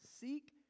Seek